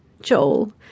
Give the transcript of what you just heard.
Joel